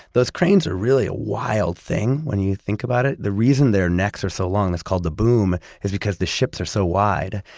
those cranes are really a wild thing when you think about it. the reason their necks are so long, that's called the boom, is because the ships are so wide,